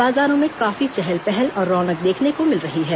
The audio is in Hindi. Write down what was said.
बाजारों में काफी चहल पहल और रौनक देखने को मिल रही है